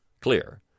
clear